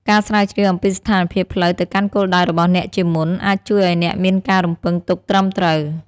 ការស្រាវជ្រាវអំពីស្ថានភាពផ្លូវទៅកាន់គោលដៅរបស់អ្នកជាមុន អាចជួយឱ្យអ្នកមានការរំពឹងទុកត្រឹមត្រូវ។